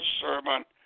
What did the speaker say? servant